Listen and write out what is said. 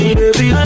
baby